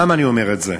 למה אני אומר את זה?